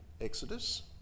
exodus